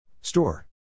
Store